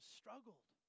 struggled